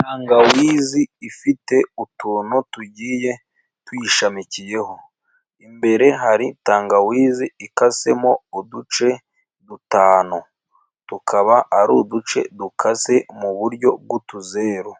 Tangawizi ifite utuntu tugiye tuyishamikiyeho, imbere hari tangawizi ikasemo uduce dutanu, tukaba ari uduce dukaze mu buryo bw'utuzeru,